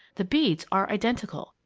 the beads are identical.